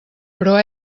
però